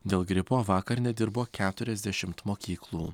dėl gripo vakar nedirbo keturiasdešimt mokyklų